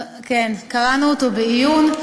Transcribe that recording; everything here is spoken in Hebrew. קראנו אותו בעיון.